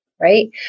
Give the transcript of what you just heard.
Right